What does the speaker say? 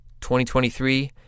2023